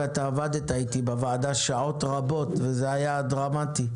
עבדת איתי בוועדה שעות רבות וזה היה דרמטי.